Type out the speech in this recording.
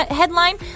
headline